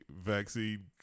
vaccine